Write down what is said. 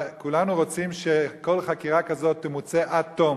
וכולנו רוצים שכל חקירה כזאת תמוצה עד תום,